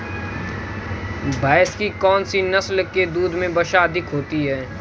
भैंस की कौनसी नस्ल के दूध में वसा अधिक होती है?